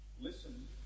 Listen